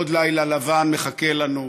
עוד לילה לבן מחכה לנו.